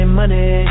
money